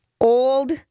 Old